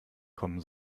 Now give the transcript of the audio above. kommen